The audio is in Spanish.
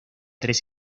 tres